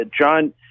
John